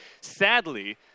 sadly